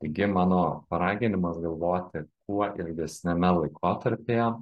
taigi mano paraginimas galvoti kuo ilgesniame laikotarpyje